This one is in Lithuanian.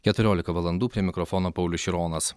keturiolika valandų prie mikrofono paulius šironas